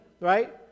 right